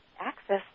access